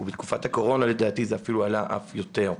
בתקופת הקורונה לדעתי זה עלה אף יותר.